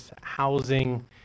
housing